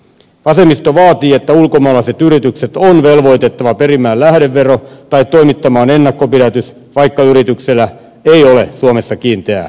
vasemmisto vaatii että ulkomaalaiset yritykset on velvoitettava perimään lähdevero tai toimittamaan ennakonpidätys vaikka yrityksellä ei ole suomessa kiinteää toimipaikkaa